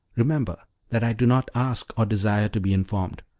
remember that i do not ask or desire to be informed.